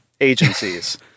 agencies